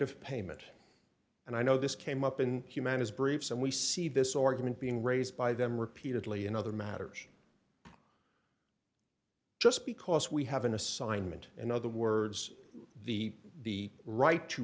of payment and i know this came up in humanise briefs and we see this argument being raised by them repeatedly in other matters just because we have an assignment in other words the the right to